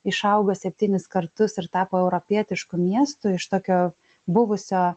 išaugo septynis kartus ir tapo europietišku miestu iš tokio buvusio